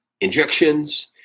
injections